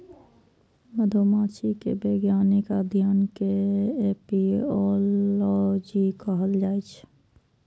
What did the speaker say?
मधुमाछी के वैज्ञानिक अध्ययन कें एपिओलॉजी कहल जाइ छै